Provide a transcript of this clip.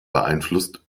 beeinflusst